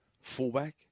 fullback